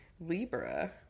Libra